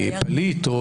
פליט.